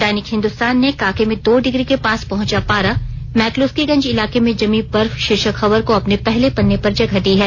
दैनिक हिंदुस्तान ने कांके में दो डिग्री के पास पहुंचा पारा मैकलुस्कीगंज इलाके में जमी बर्फ शीर्षक खबर को अपने पहले पन्ने पर जगह दी है